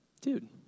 dude